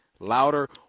Louder